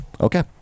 Okay